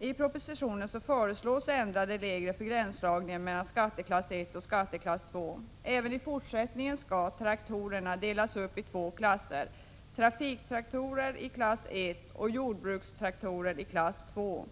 I propositionen föreslås en ändring av reglerna för gränsdragningen mellan skatteklass I och skatteklass II. Även i fortsättningen skall traktorerna delas upp i två klasser, trafiktraktorer i klass I och jordbrukstraktorer i klass II.